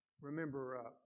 Remember